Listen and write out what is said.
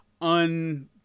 un